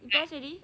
close already